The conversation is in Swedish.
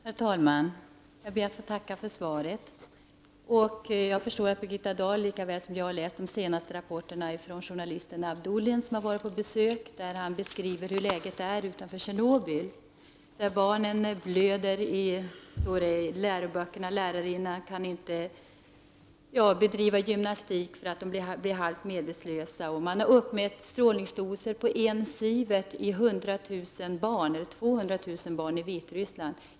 Herr talman! Jag ber att få tacka för svaret. Jag förstår att Birgitta Dahl, lika väl som jag, har läst de senaste rapporterna ifrån journalisten Abdullin, som beskriver hur läget är utanför Tjernobyl. Barnen blöder näsblod — man kan se deras blod i deras läroböcker — och lärarinnorna kan inte bedriva en gymnastikundervisning eftersom de blir halvt medvetslösa. Man har uppmätt strålningsdosen 1 sievert i sköldkörteln på 200 000 barn i Vitryssland.